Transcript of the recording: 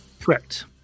Correct